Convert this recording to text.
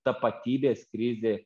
tapatybės krizė